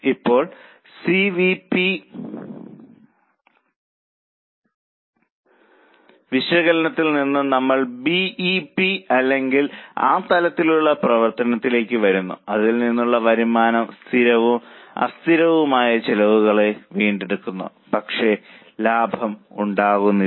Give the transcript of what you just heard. ഇപ്പോൾ C V P വിശകലനത്തിൽ നിന്ന് നമ്മൾ ബി ഇ പി അല്ലെങ്കിൽ ആ തലത്തിലുള്ള പ്രവർത്തനത്തിലേക്ക് വരുന്നു അതിൽ നിന്നുള്ള വരുമാനം സ്ഥിരവും അസ്ഥിരവും ആയ ചെലവുകളെ വീണ്ടെടുക്കുന്നു പക്ഷേ ലാഭം ഉണ്ടാകുന്നില്ല